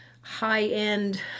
high-end